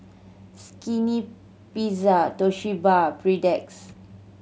Skinny Pizza Toshiba